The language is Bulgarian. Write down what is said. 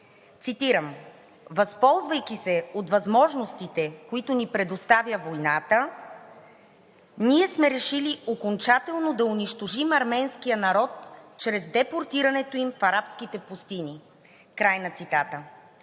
цитирам: „Възползвайки се от възможностите, които ни предоставя войната, ние сме решили окончателно да унищожим арменския народ чрез депортирането им в арабските пустини.“ Така от